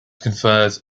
conferred